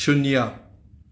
ꯁꯨꯟꯅ꯭ꯌ